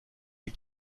les